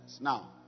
Now